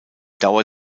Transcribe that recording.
dauer